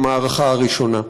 במערכה הראשונה.